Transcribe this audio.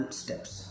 steps